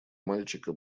мальчика